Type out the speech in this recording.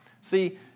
See